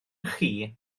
chi